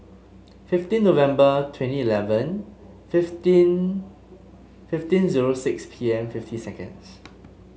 fifteen November twenty eleven fifteen fifteen zero six P M fifty seconds